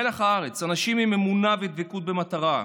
מלח הארץ, אנשים עם אמונה ודבקות במטרה,